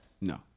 no